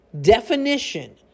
definition